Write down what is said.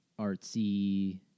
artsy